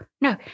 no